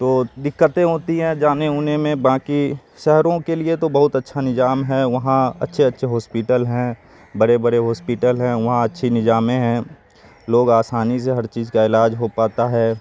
تو دقتیں ہوتی ہیں جانے وانے میں باقی شہروں کے لیے تو بہت اچھا نظام ہیں وہاں اچھے اچھے ہاسپٹل ہیں بڑے بڑے ہاسپٹل ہیں وہاں اچھی نظام ہیں لوگ آسانی سے ہر چیز کا علاج ہو پاتا ہے